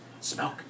smoke